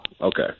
okay